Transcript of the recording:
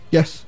Yes